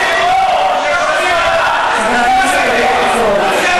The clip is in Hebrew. חבר הכנסת עודד פורר,